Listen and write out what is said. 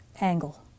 angle